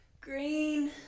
green